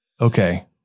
okay